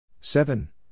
Seven